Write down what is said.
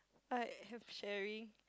I have sharing